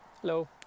Hello